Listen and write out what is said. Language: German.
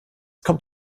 kommt